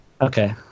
Okay